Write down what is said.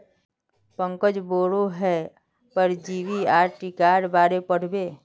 पंकज बोडो हय परजीवी आर टीकार बारेत पढ़ बे